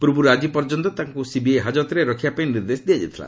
ପୂର୍ବରୁ ଆଜି ପର୍ଯ୍ୟନ୍ତ ତାଙ୍କୁ ସିବିଆଇ ହାଜତରେ ରଖିବା ପାଇଁ ନିର୍ଦ୍ଦେଶ ଦିଆଯାଇଥିଲା